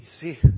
see